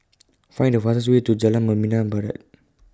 Find The fastest Way to Jalan Membina Barat